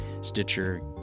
Stitcher